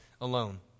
alone